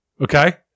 Okay